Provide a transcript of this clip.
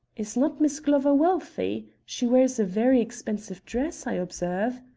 is not miss glover wealthy? she wears a very expensive dress, i observe.